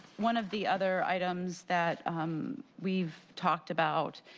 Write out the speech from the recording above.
one of the other items that we've talked about